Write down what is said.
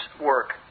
work